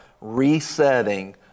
resetting